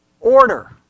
order